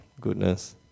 goodness